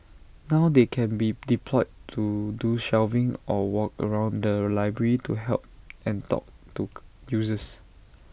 now they can be deployed to do shelving or walk around the library to help and talk to users